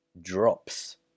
drops